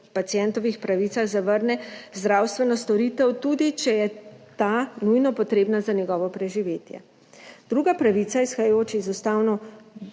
pacientovih pravicah zavrne zdravstveno storitev, tudi če je ta nujno potrebna za njegovo preživetje. Druga pravica, izhajajoča iz ustavno